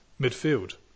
midfield